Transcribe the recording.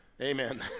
Amen